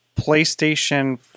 PlayStation